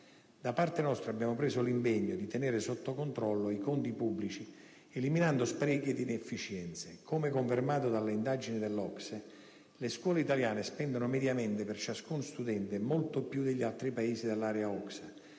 Da parte nostra abbiamo preso l'impegno di tenere sotto controllo i conti pubblici eliminando sprechi ed inefficienze. Come confermato dalle indagini dell'OCSE, le scuole italiane spendono mediamente per ciascuno studente molto più degli altri Paesi dell'area OCSE,